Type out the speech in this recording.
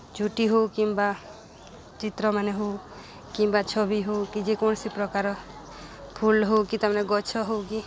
ଝୁଟି ହଉ କିମ୍ବା ଚିତ୍ରମାନେ ହଉ କିମ୍ବା ଛବି ହଉ କି ଯେକୌଣସି ପ୍ରକାର ଫୁଲ୍ ହଉ କି ତା'ମାନେ ଗଛ ହଉ କି